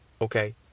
okay